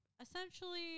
essentially